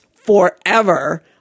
forever